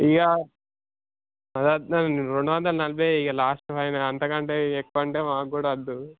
య రెండు వందల నలభై ఇక లాస్ట్ ఫైనల్ అంత కంటే ఎక్కువ అంటే మా కూడా వద్దు